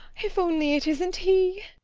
if only it isn't he!